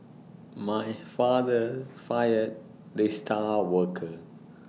my father fired the star worker